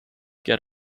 get